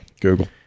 Google